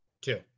two